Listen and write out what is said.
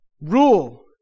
rule